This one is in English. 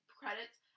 credits